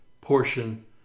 portion